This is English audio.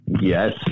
yes